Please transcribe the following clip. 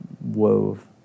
wove